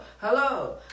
Hello